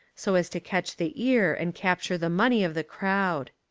so as to catch the ear and capture the money of the crowd.